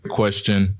question